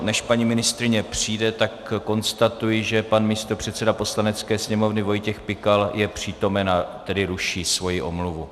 Než paní ministryně přijde, tak konstatuji, že pan místopředseda Poslanecké sněmovny Vojtěch Pikal je přítomen a tedy ruší svoji omluvu.